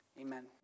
Amen